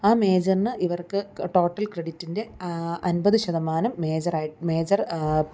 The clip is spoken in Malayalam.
ആ മേജറിന് ഇവർക്ക് ടോട്ടൽ ക്രെഡിറ്റിൻ്റെ അൻപത് ശതമാനം മേജറായി മേജർ